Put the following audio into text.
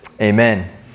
Amen